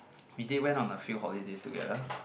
we did went on a few holidays together